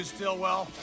Stillwell